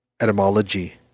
etymology